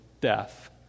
death